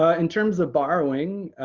ah in terms of borrowing,